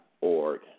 org